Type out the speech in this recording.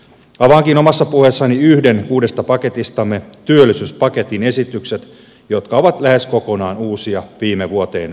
avaankin omassa puheessani yhden kuudesta paketistamme työllisyyspaketin esitykset jotka ovat lähes kokonaan uusia viime vuoteen verrattuna